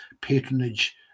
patronage